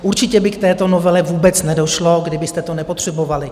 Určitě by k této novele vůbec nedošlo, kdybyste to nepotřebovali.